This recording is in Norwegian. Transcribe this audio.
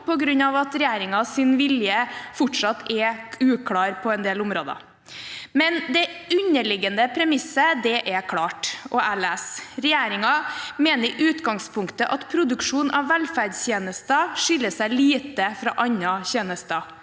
ikke ennå, fordi regjeringens vilje fortsatt er uklar på en del områder. Men det underliggende premisset er klart: «Regjeringen mener i utgangspunktet at produksjonen av velferdstjenester skiller seg lite fra andre tjenester.»